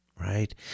right